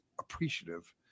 appreciative